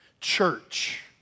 Church